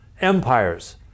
empires